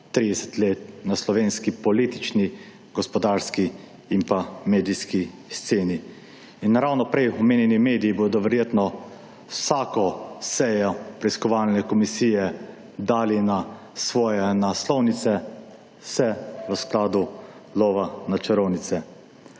30 let na slovenski politični, gospodarski in pa medijski sceni. In ravno prej omenjeni mediji bodo verjetno vsako sejo preiskovalne komisije dali na svoje naslovnice, vse v skladu lova na čarovnice.